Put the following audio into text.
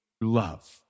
love